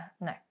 No